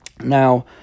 Now